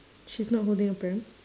she's not holding a pram